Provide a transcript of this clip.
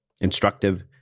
instructive